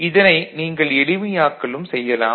இதனை நீங்கள் எளிமையாக்கலும் செய்யலாம்